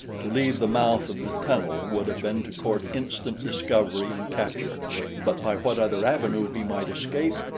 to leave the mouth of the tunnel would have been to court instant discovery and capture but by what other avenue he might escape,